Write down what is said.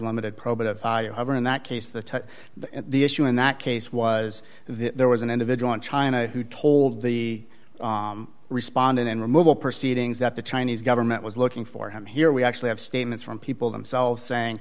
limited probative in that case the the issue in that case was there was an individual in china who told the respondent in removal proceedings that the chinese government was looking for him here we actually have statements from people themselves saying